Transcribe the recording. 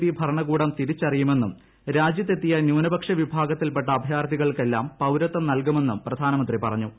P ഭരണകൂടം തിരിച്ചറിയുമെന്നും രാജ്യത്തെത്തിയ ന്യൂനപക്ഷ വിഭാഗത്തിൽപ്പെട്ട അഭയാർത്ഥികൾക്കെല്ലാം പൌരത്വം നൽകുമെന്നും പ്രധാനമന്ത്രി പറഞ്ഞു